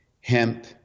hemp